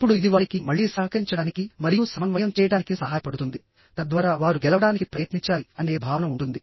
ఇప్పుడు ఇది వారికి మళ్లీ సహకరించడానికి మరియు సమన్వయం చేయడానికి సహాయపడుతుంది తద్వారా వారు గెలవడానికి ప్రయత్నించాలి అనే భావన ఉంటుంది